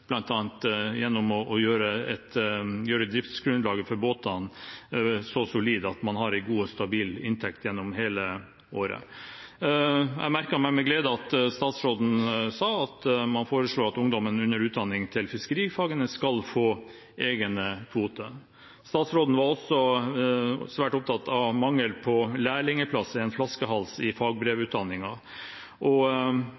gjennom å gjøre driftsgrunnlaget for båtene så solid at man har en god og stabil inntekt gjennom hele året. Jeg merket meg med glede at statsråden sa at man foreslår at ungdommen under utdanning til fiskerifagene skal få egen kvote. Statsråden var også svært opptatt av mangelen på lærlingplass – en flaskehals i